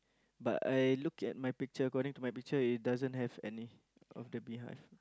but I look at my picture according to my picture it doesn't have any of the bee hive